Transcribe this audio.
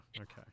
Okay